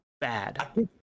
bad